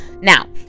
Now